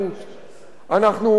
אנחנו עדיין חווים,